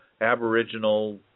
aboriginal